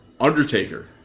Undertaker